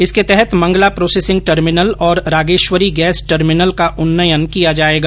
इसके तहत Mangala processing terminal और रागेश्वरी गैस टर्मिनल का उन्नयन किया जाएगा